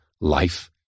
life